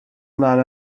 ymlaen